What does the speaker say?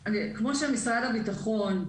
אז כמו שמשרד הביטחון,